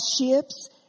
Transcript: ships